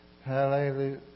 Hallelujah